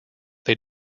they